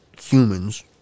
Humans